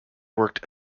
worked